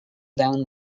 down